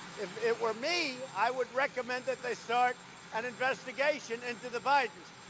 if it were me, i would recommend that they start an investigation into the biden